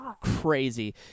crazy